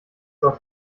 dort